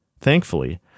Thankfully